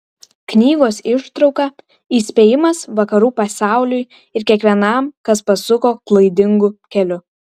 knygos ištrauka įspėjimas vakarų pasauliui ir kiekvienam kas pasuko klaidingu keliu